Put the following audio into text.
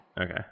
Okay